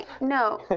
no